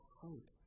hope